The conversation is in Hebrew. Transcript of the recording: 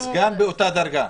הסגן באותה דרגה.